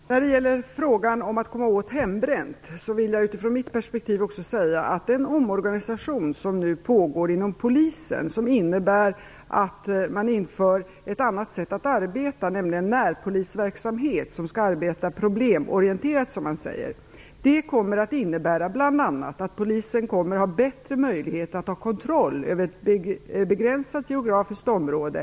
Herr talman! När det gäller frågan om att komma åt hembränt vill jag utifrån mitt perspektiv säga att den omorganisation som nu pågår inom polisen innebär att man inför ett annat sätt att arbeta, nämligen närpolisverksamhet där man skall arbeta problemorienterat. Det kommer att innebära bl.a. att polisen får bättre möjligheter att ha kontroll över ett begränsat geografiskt område.